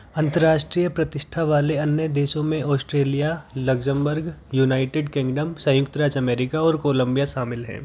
अन्तर्राष्ट्रीय प्रतिष्ठा वाले अन्य देशों में ऑस्ट्रेलिया लक्ज़मबर्ग यूनाइटेड किंगडम संयुक्त राज्य अमेरिका और कोलंबिया शामिल हैं